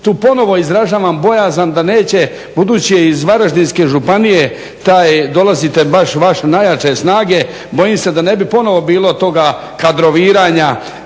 tu ponovo izražavam bojazan da neće budući je iz Varaždinske županije taj, dolazite baš vaše najjače snage, bojim se da ne bi ponovo bilo toga kadroviranja,